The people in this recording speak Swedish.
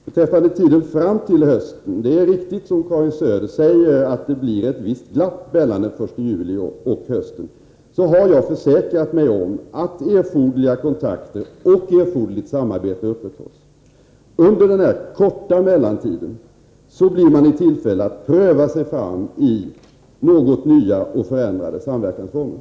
Beträffande tiden fram till hösten är det riktigt, som Karin Söder säger, att det blir ett visst glapp från den 1 juli. Jag har emellertid försäkrat mig om att erforderliga kontakter och erforderligt samarbete upprätthålls. Under den korta mellantiden blir man i tillfälle att pröva sig fram i nya och något förändrade samverkansformer.